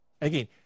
Again